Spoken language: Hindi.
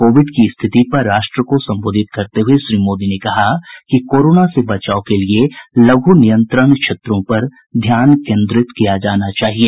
कोविड की स्थिति पर राष्ट्र को संबोधित करते हुए श्री मोदी ने कहा कि कोरोना से बचाव के लघु नियंत्रण क्षेत्रों पर ध्यान केन्द्रित किया जाना चाहिए